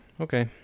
Okay